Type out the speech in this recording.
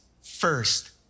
First